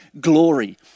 glory